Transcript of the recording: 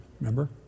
Remember